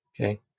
Okay